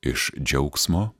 iš džiaugsmo